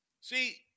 See